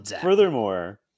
Furthermore